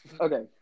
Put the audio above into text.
Okay